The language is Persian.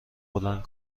بلند